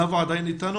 נאוה עדיין אתנו?